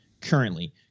currently